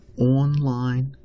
online